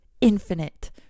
infinite